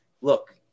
Look